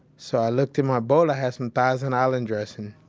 so i looked in my bowl. i had some thousand island dressing.